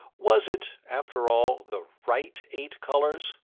was it, after all, the right eight colors?